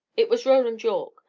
it was roland yorke,